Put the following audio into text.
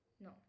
No